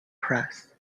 press